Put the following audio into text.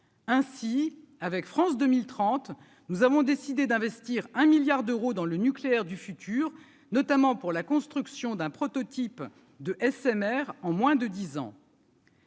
ainsi avec France 2030, nous avons décidé d'investir un milliard d'euros dans le nucléaire du futur, notamment pour la construction d'un prototype de SMR en moins de 10 ans.